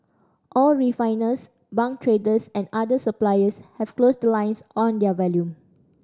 all refiners bunker traders and other suppliers have closed the lines on their volume